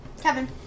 Kevin